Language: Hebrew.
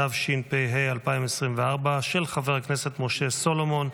התשפ"ה 2024, של חבר הכנסת משה סולומון,